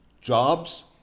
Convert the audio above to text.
Jobs